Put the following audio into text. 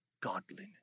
godliness